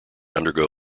undergo